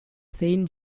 saint